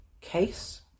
case